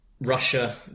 Russia